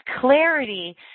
clarity